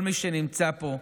כל מי שנמצא פה,